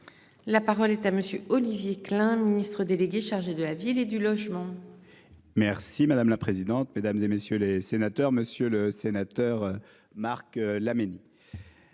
La parole est à monsieur Olivier Klein, Ministre délégué chargé de la ville et du logement. Merci madame la présidente, mesdames et messieurs les sénateurs, monsieur le sénateur. Marc Laménie.